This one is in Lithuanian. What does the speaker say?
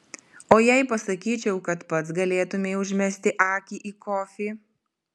o jei pasakyčiau kad pats galėtumei užmesti akį į kofį